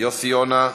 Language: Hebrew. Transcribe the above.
יוסי יונה.